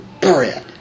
bread